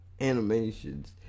animations